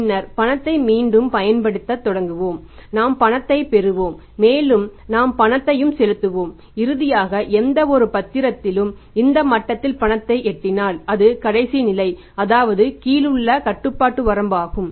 பின்னர் பணத்தைப் மீண்டும் பயன்படுத்தி தொடங்குவோம் நாம் பணத்தைப் பெறுவோம் மேலும் நாம் பணத்தையும் செலுத்துவோம் இறுதியாக எந்தவொரு சந்தர்ப்பத்திலும் இந்த மட்டத்தில் பணத்தை எட்டினால் அது கடைசிநிலை அதாவது கீழுள்ள கட்டுப்பாட்டு வரம்பாகும்